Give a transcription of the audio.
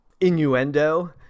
innuendo